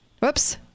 Whoops